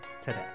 today